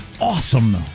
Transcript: awesome